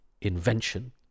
invention